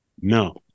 No